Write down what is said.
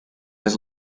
was